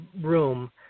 room